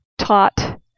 taught